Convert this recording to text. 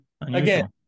Again